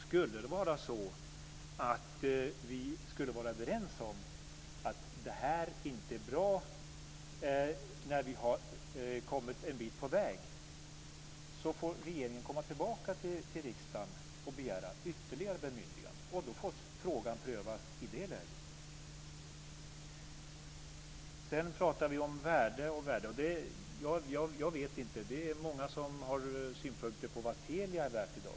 Skulle det vara så att vi var överens om att det här inte är bra när vi har kommit en bit på vägen, får regeringen komma tillbaka till riksdagen och begära ytterligare bemyndigande. Då får frågan prövas i det läget. Vi pratar om värdet. Det är många som har synpunkter på vad Telia är värt i dag.